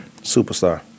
superstar